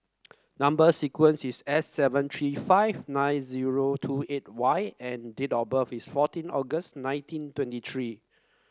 number sequence is S seven three five nine zero two eight Y and date of birth is fourteen August nineteen twenty three